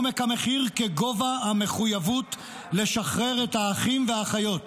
גובה המחיר כגובה המחויבות לשחרר את האחים והאחיות.